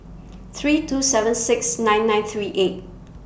three two seven six nine nine three eight